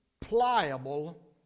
pliable